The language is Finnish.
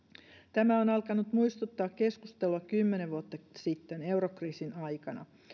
tämä on alkanut muistuttaa keskustelua kymmenen vuotta sitten eurokriisin aikana